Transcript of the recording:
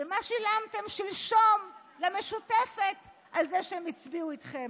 ומה שילמתם שלשום למשותפת על זה שהם הצביעו איתכם?